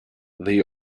the